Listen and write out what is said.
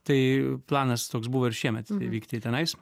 tai planas toks buvo ir šiemet vykti į tenais